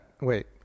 Wait